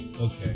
okay